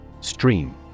Stream